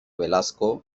velasco